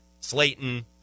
Slayton